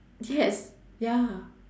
yes ya